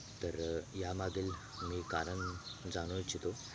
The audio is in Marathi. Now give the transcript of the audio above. तर यामागील मी कारण जाणू इच्छितो